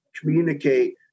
communicate